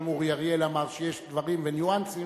גם אורי אריאל אמר שיש דברים וניואנסים